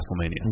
WrestleMania